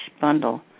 bundle